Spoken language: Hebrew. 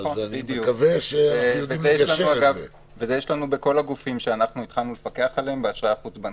את זה יש לנו בכול הגופים שאנחנו התחלנו לפקח עליהם באשראי החוץ בנקאי,